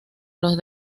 los